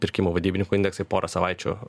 pirkimo vadybininkų indeksai porą savaičių